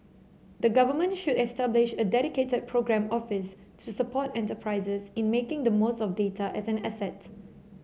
the Government should establish a dedicated programme office to support enterprises in making the most of data as an asset